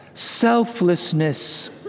selflessness